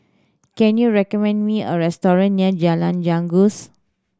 can you recommend me a restaurant near Jalan Janggus